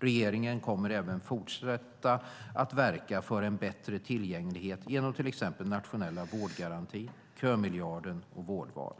Regeringen kommer även att fortsätta att verka för en bättre tillgänglighet genom till exempel den nationella vårdgarantin, kömiljarden och vårdval.